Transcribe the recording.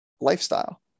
lifestyle